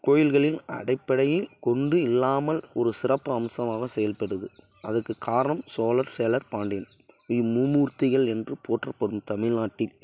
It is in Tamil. கோயில்களின் அடிப்படையில் கொண்டு இல்லாமல் ஒரு சிறப்பு அம்சமாக செயல்படுது அதுக்கு காரணம் சோழர் சேரர் பாண்டியன் இம்மூர்த்திகள் என்று போற்றப்படும் தமிழ்நாட்டில்